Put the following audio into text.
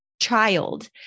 child